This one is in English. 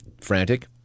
Frantic